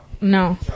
No